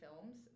films